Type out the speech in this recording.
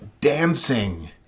dancing